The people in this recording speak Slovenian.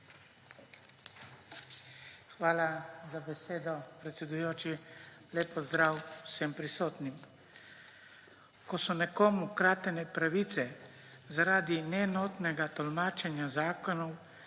Hvala za besedo, predsedujoči. Lep pozdrav vsem prisotnim! Ko so nekomu kratene pravice zaradi neenotnega tolmačenja zakonov